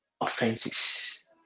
offenses